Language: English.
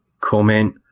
comment